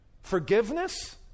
Forgiveness